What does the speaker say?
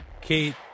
Kate